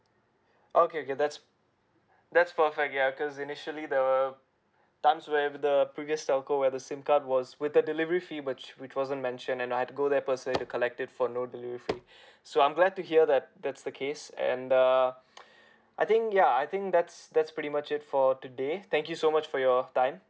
okay okay that's that's perfect ya cause initially there were times where the previous telco where the SIM card was with the delivery fee but which wasn't mentioned and I have go there personally to collect it for no delivery fee so I'm glad to hear that that's the case and uh I think ya I think that's that's pretty much it for today thank you so much for your time